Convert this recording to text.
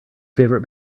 favorite